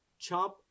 chomp